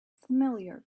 familiar